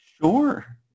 Sure